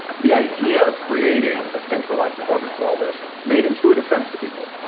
the idea of creating a centralized department for all this made intuitive sense to people.